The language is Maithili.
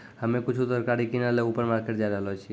हम्मे कुछु तरकारी किनै ल ऊपर मार्केट जाय रहलो छियै